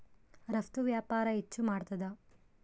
ರಫ್ತು ವ್ಯಾಪಾರ ಹೆಚ್ಚು ಮಾಡ್ತಾದ